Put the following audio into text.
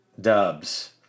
Dubs